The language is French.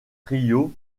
trio